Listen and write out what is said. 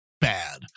bad